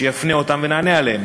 שיפנה אותם ונענה עליהם.